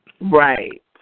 right